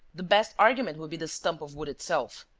the best argument would be the stump of wood itself.